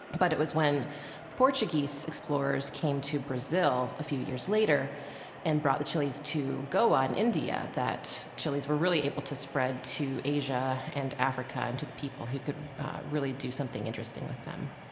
but it was when the portuguese explorers came to brazil a few years later and brought the chilies to goa, in india, that chilies were able to spread to asia and africa, and to the people who could really do something interesting with them